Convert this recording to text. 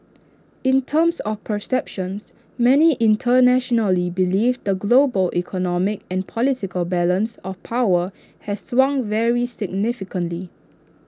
in terms of perceptions many internationally believe the global economic and political balance of power has swung very significantly